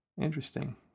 Interesting